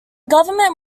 government